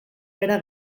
bera